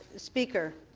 speaker.